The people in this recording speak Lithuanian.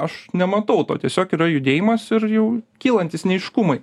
aš nematau to tiesiog yra judėjimas ir jau kylantys neaiškumai